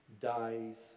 dies